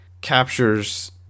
captures